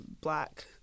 black